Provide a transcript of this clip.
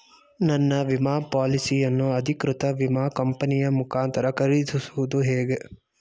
ನನ್ನ ವಿಮಾ ಪಾಲಿಸಿಯನ್ನು ಅಧಿಕೃತ ವಿಮಾ ಕಂಪನಿಯ ಮುಖಾಂತರ ಖರೀದಿಸುವುದು ಹೇಗೆ?